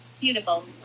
beautiful